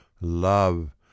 love